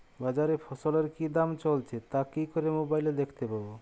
বাজারে ফসলের কি দাম চলছে তা কি করে মোবাইলে দেখতে পাবো?